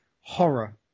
horror